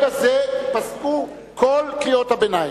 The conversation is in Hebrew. מרגע זה פסקו כל קריאות הביניים.